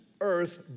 earth